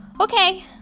Okay